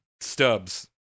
stubs